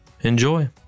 enjoy